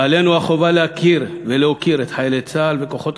ועלינו החובה להכיר ולהוקיר את חיילי צה"ל וכוחות